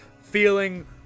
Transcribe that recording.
feeling